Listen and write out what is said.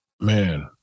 Man